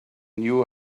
knew